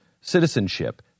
citizenship